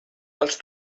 els